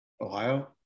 Ohio